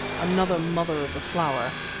another mother of the flower,